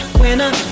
winner